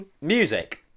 music